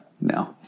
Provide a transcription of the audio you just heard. No